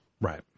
Right